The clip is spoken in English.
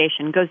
goes